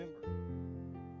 remember